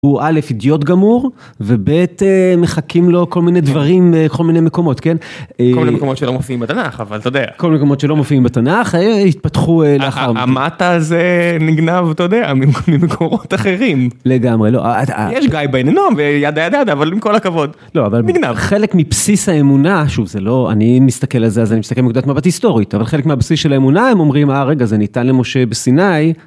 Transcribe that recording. הוא א' אידיוט גמור, וב' מחכים לו כל מיני דברים, כל מיני מקומות, כן? כל מיני מקומות שלא מופיעים בתנ״ך, אבל אתה יודע. כל מקומות שלא מופיעים בתנ״ך התפתחו לאחר מכן. המטה הזה נגנב, אתה יודע, ממקומות אחרים. לגמרי, לא. יש גיא בינינו, וידיידייד, אבל עם כל הכבוד, נגנב. חלק מבסיס האמונה, שוב, זה לא, אני מסתכל על זה, אז אני מסתכל על מנקודת מבט היסטורית, אבל חלק מהבסיס של האמונה, הם אומרים, אה רגע זה ניתן למשה בסיני.